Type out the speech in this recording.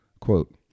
Quote